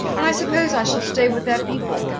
and i suppose i shall stay with their people.